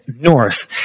north